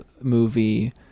movie